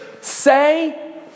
say